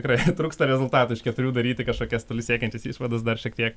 keturių daryti kažkokias toli siekiančias išvadas dar šiek tiek